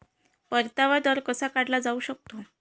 परतावा दर कसा काढला जाऊ शकतो?